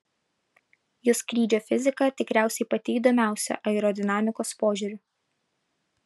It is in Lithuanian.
jo skrydžio fizika tikriausiai pati įdomiausia aerodinamikos požiūriu